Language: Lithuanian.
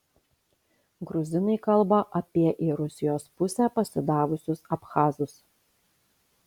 gruzinai kalba apie į rusijos pusę pasidavusius abchazus